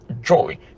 joy